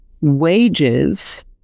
Wages